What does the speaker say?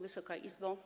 Wysoka Izbo!